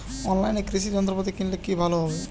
অনলাইনে কৃষি যন্ত্রপাতি কিনলে কি ভালো হবে?